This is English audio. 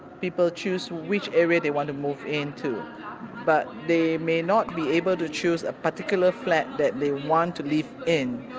people choose which area they want to move into but they may not be able to choose a particular flat that want to live in.